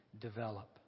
develop